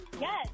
Yes